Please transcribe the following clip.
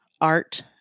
art